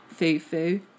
fufu